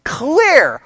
clear